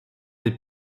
les